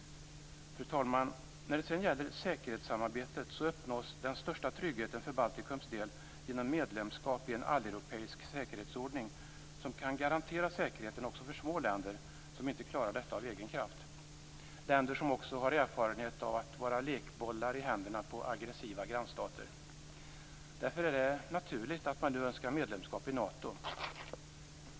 Fru talman! När det gäller säkerhetssamarbetet uppnås den största tryggheten för Baltikums del genom medlemskap i en alleuropeisk säkerhetsordning som kan garantera säkerheten också för små länder som inte klarar detta av egen kraft. Det handlar om länder som också har erfarenhet av att vara lekbollar i händerna på aggressiva grannstater. Därför är det naturligt att man nu önskar medlemskap i Nato.